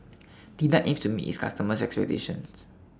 Tena aims to meet its customers' expectations